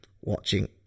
watching